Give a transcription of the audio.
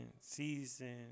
season